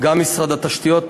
גם משרד התשתיות,